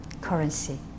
currency